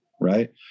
right